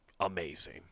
Amazing